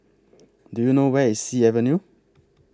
Do YOU know Where IS Sea Avenue